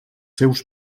seus